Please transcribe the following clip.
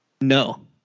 No